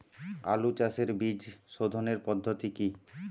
আলু চাষের বীজ সোধনের পদ্ধতি কি?